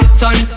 son